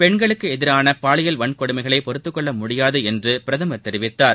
பெண்களுக்கு எதிரான பாலியல் வன்கொடுமைகளை பொறுத்துக்கொள்ள முடியாது என்று பிரதமர் தெரிவித்தார்